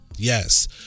Yes